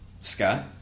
Scott